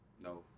no